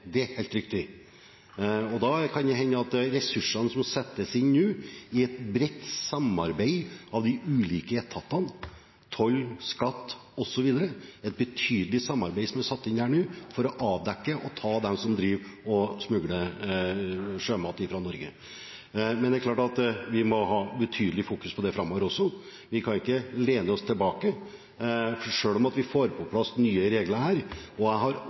mer, er helt riktig. Det settes nå inn ressurser i et bredt og betydelig samarbeid mellom de ulike etatene – toll, skatt osv. – for å avdekke og ta dem som smugler sjømat fra Norge. Men vi må fokusere betydelig på det framover også. Vi kan ikke lene oss tilbake selv om vi får på plass nye regler. Jeg har